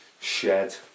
shed